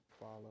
follow